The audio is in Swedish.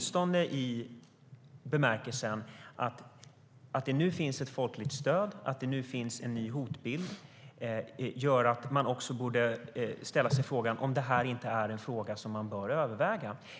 Eftersom det finns en ny hotbild och ett folkligt stöd borde man ställa sig frågan om detta inte borde övervägas.